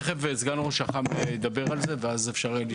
תכף סגן ראש אח״מ ידבר על זה ואז אפשר יהיה לשאול.